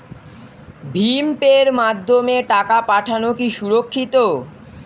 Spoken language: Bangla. ভিম পের মাধ্যমে টাকা পাঠানো কি সুরক্ষিত?